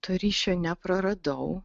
to ryšio nepraradau